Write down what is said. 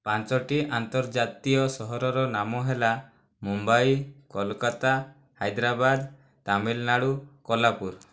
ପାଞ୍ଚୋଟି ଆନ୍ତର୍ଜାତୀୟ ସହରର ନାମ ହେଲା ମୁମ୍ବାଇ କୋଲକତା ହାଇଦ୍ରାବାଦ ତାମିଲନାଡୁ କୋଲ୍ହାପୁର